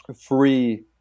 free